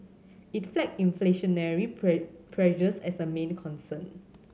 it flagged inflationary pressures as a main concern